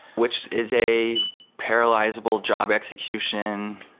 which is a parallelizable job execution,